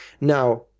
Now